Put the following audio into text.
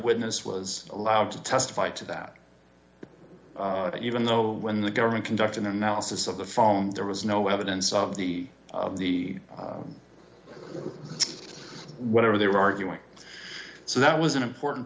witness was allowed to testify to that even though when the government conduct an analysis of the phone there was no evidence of the of the whatever they were arguing so that was an important